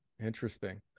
interesting